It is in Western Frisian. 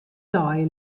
dei